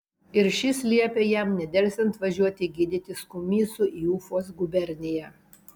ir šis liepė jam nedelsiant važiuoti gydytis kumysu į ufos guberniją